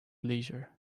leisure